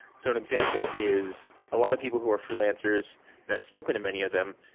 so an example is a lot of people who are freelancers, and i've spoken to many of them,